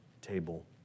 table